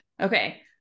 Okay